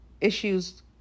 issues